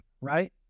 right